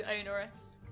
onerous